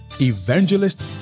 Evangelist